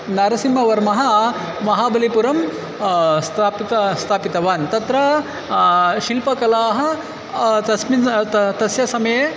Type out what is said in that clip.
नारसिवर्मः महाबलिपुरं स्थापितं स्थापितवान् तत्र शिल्पकलाः तस्मिन् त तस्य समये